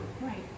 Right